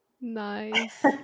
Nice